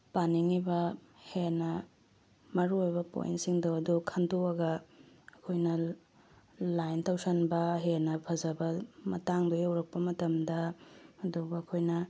ꯄꯥꯅꯤꯡꯏꯕ ꯍꯦꯟꯅ ꯃꯔꯨ ꯑꯣꯏꯕ ꯄꯣꯏꯟꯠꯁꯤꯡꯗꯣ ꯑꯗꯨ ꯈꯟꯗꯣꯛꯑꯒ ꯑꯩꯈꯣꯏꯅ ꯂꯥꯏꯟ ꯇꯧꯁꯤꯟꯕ ꯍꯦꯟꯅ ꯐꯖꯕ ꯃꯇꯥꯡꯗꯣ ꯌꯧꯔꯛꯄ ꯃꯇꯝꯗ ꯑꯗꯨꯒ ꯑꯩꯈꯣꯏꯅ